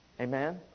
amen